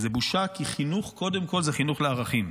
וזו בושה, כי חינוך קודם כול זה חינוך לערכים.